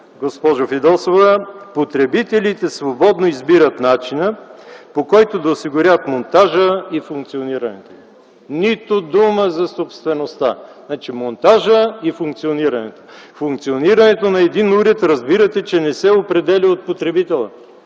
госпожо Фидосова: „Потребителите свободно избират начина, по който да осигурят монтажа и функционирането”. Нито дума за собствеността. Значи, монтажът и функционирането – функционирането на един уред разбирате, че не се определя от потребителя.